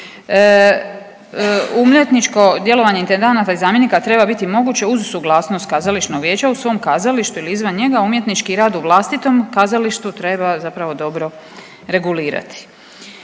Umjetničko djelovanje intendanata i zamjenika treba biti moguće uz suglasnost kazališnog vijeća u svom kazalištu ili izvan njega, umjetnički rad u vlastitom kazalištu treba zapravo dobro regulirati.